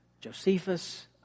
Josephus